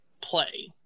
play